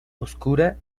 oscura